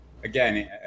Again